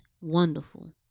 wonderful